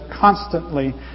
constantly